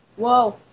Whoa